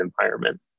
environment